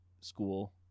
school